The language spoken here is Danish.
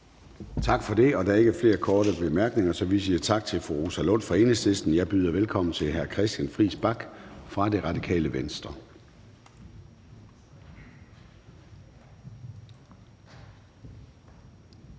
Tak for det. Der er ikke flere korte bemærkninger, så vi siger tak til fru Rosa Lund fra Enhedslisten. Jeg byder velkommen til hr. Christian Friis Bach fra Radikale Venstre.